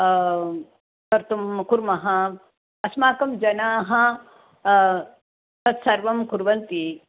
कर्तुं कुर्मः अस्माकं जनाः तत्सर्वं कुर्वन्ति